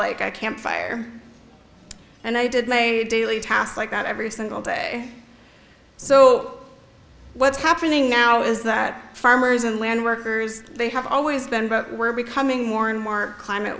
like i can't fire and i did my daily tasks like that every single day so what's happening now is that farmers and land workers they have always been but we're becoming more and more climate